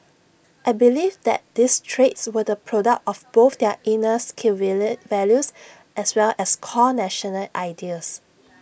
I believe that these traits were the product of both their inner Sikh values as well as core national ideals